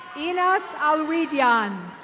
you know so alrivian.